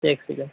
ایک سیکنڈ